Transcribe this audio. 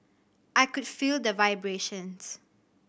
I could feel the vibrations